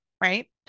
right